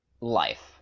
life